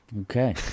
Okay